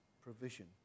provision